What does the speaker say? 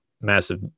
massive